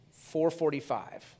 4.45